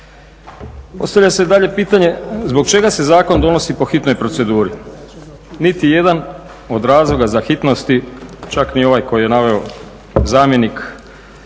Postavlja se dalje pitanje zbog čega se zakon donosi po hitnoj proceduri? Nitijedan od razloga za hitnost, čak ni ovaj koji je naveo zamjenik,